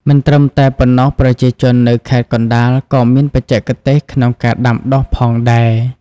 មិនត្រឹមតែប៉ុណ្ណោះ ប្រជាជននៅខេត្តកណ្ដាលក៏មានបច្ចេកទេសក្នុងការដាំដុះផងដែរ។